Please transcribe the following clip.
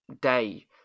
day